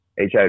HIV